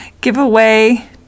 giveaway